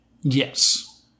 Yes